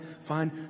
find